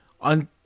on